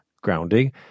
grounding